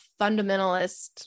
fundamentalist